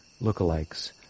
look-alikes